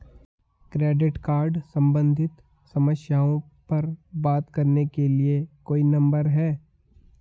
Credit card सम्बंधित समस्याओं पर बात करने के लिए कोई नंबर है?